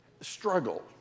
struggle